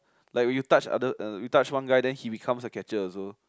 like when you touch other uh you touch one guy then he becomes a catcher also